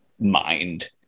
mind